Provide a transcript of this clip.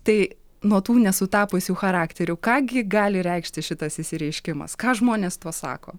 tai nuo tų nesutapusių charakterių ką gi gali reikšti šitas išsireiškimas ką žmonės tuo sako